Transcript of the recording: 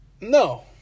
No